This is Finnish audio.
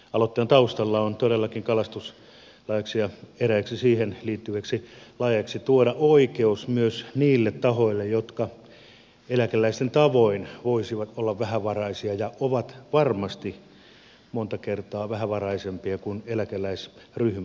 aloitteen kalastuslaiksi ja eräiksi siihen liittyviksi laeiksi tavoitteena on todellakin tuoda oikeus myös niille tahoille jotka eläkeläisten tavoin voisivat olla vähävaraisia ja ovat varmasti monta kertaa vähävaraisempia kuin eläkeläisryhmät